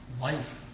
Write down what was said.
life